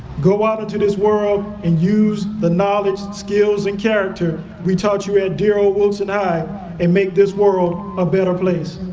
go out into this world and use the knowledge, skills, and character we taught you at dear old willson high and make this world a better place.